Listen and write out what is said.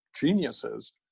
geniuses